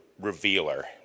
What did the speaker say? revealer